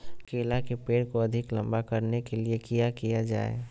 केला के पेड़ को अधिक लंबा करने के लिए किया किया जाए?